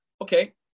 okay